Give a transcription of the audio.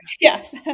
Yes